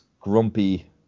grumpy